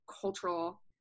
cultural